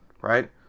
right